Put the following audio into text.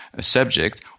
subject